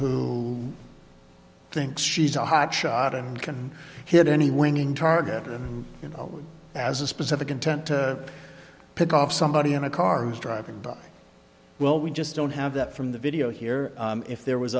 i think she's a hot shot and can hit any winning target you know as a specific intent to pick off somebody in a car driving but well we just don't have that from the video here if there was